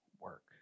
work